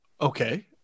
Okay